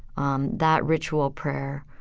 um that ritual prayer,